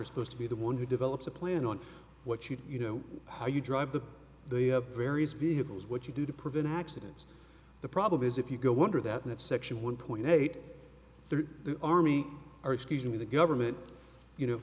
r supposed to be the one who develops a plan on what you do you know how you drive the various vehicles what you do to prevent accidents the problem is if you go under that section one point eight the army or excuse me the government you know